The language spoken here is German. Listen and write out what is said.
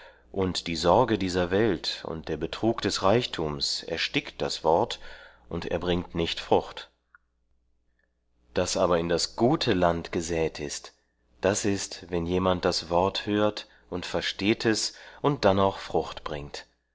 und die sorge dieser welt und der betrug des reichtums erstickt das wort und er bringt nicht frucht das aber in das gute land gesät ist das ist wenn jemand das wort hört und versteht es und dann auch frucht bringt